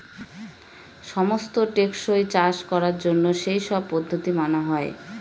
সমস্ত টেকসই চাষ করার জন্য সেই সব পদ্ধতি মানা হয়